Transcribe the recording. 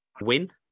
win